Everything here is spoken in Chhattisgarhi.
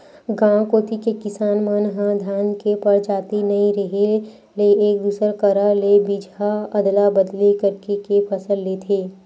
गांव कोती के किसान मन ह धान के परजाति नइ रेहे ले एक दूसर करा ले बीजहा अदला बदली करके के फसल लेथे